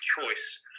choice